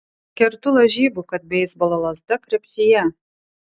kertu lažybų kad beisbolo lazda krepšyje